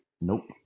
Nope